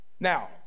Now